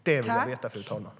Det vill jag veta, fru talman.